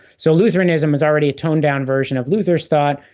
so lutheranism is already a toned down version of luther's thought,